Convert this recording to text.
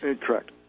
Correct